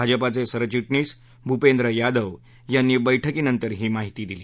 भाजपाचे सरचि गीीस भूपेंद्र यादव यांनी बैठकीनंतर ही माहिती दिली